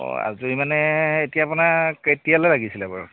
অ আজি মানে এতিয়া আপোনাৰ কেতিয়ালৈ লাগিছিলে বাৰু